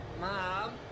Mom